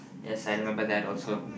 yes I remember that also